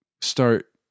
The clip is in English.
start